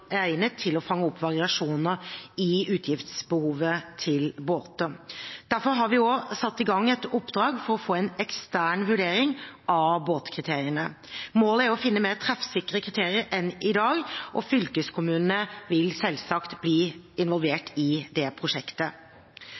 til å fange opp variasjoner i utgiftsbehovet til båter. Derfor har vi satt i gang et oppdrag for å få en ekstern vurdering av båtkriteriene. Målet er å finne mer treffsikre kriterier enn i dag, og fylkeskommunene vil selvsagt bli involvert i prosjektet.